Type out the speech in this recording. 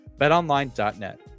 BetOnline.net